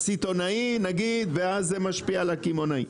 הסיטונאי נגיד ואז זה משפיע על הקמעונאי,